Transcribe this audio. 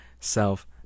self